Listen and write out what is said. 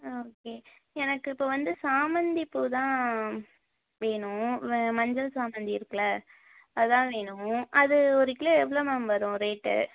ஆ okay எனக்கு இப்போ வந்து சாமந்திப்பூ தான் வேணும் வே மஞ்சள் சாமந்தி இருக்கில்ல அதுதான் வேணும் அது ஒரு கிலோ எவ்வளோ மேம் வரும் ரேட்டு